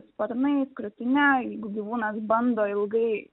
sparnais krūtine jeigu gyvūnas bando ilgai